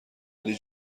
ولی